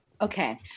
Okay